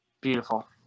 Beautiful